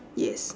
yes